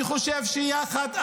אני חושב שיחד,